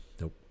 Nope